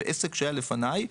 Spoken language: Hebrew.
ועסק שהיה לפניי,